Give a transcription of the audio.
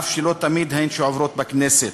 אף שלא תמיד הן עוברות בכנסת,